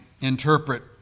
interpret